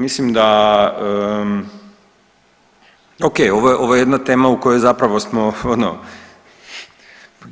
Mislim da, ok ovo je jedna tema u kojoj zapravo smo ono